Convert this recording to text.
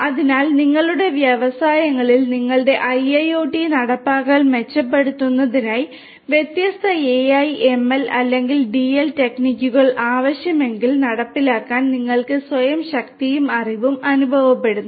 അതിനാൽ നിങ്ങളുടെ വ്യവസായങ്ങളിൽ നിങ്ങളുടെ IIoT നടപ്പാക്കൽ മെച്ചപ്പെടുത്തുന്നതിനായി വ്യത്യസ്ത AI ML അല്ലെങ്കിൽ DL ടെക്നിക്കുകൾ ആവശ്യമെങ്കിൽ നടപ്പിലാക്കാൻ നിങ്ങൾക്ക് സ്വയം ശക്തിയും അറിവും അനുഭവപ്പെടുന്നു